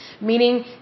meaning